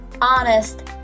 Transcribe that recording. honest